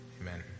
amen